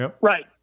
Right